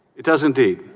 it does indeed